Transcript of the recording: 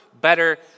better